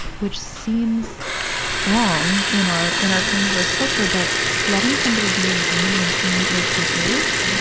which seems wrong in our, in our pain-averse culture. but letting somebody be in pain when pain is what is,